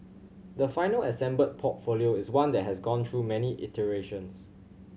the final assembled portfolio is one that has gone through many iterations